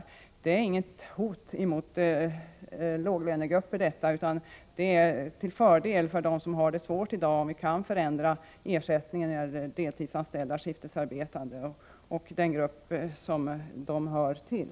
Detta är inte något hot mot låglönegrupper, utan det är till fördel för dem som i dag har det svårt om vi härigenom kan förändra ersättningen till deltidsanställda, skiftarbetande och motsvarande kategorier.